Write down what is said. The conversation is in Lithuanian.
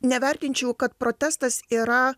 nevertinčiau kad protestas yra